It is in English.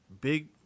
big